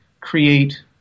create